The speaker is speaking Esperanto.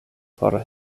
por